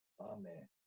Amen